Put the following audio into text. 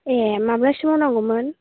ए माब्ला सिमाव नांगौमोन